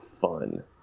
fun